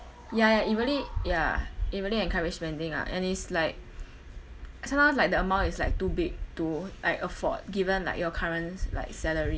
ya ya it really ya it really encourage spending ah and it's like cause sometimes like the amount is like too big to like afford given like your currents like salary